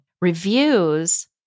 Reviews